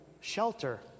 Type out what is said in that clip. shelter